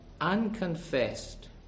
unconfessed